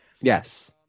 Yes